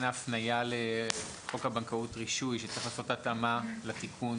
ההפניה לחוק הבנקאות (רישוי) וצריך לעשות התאמה לתיקון